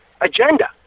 agenda